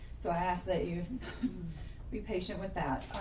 so i ask that you be patient with that.